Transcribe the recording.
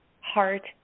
heart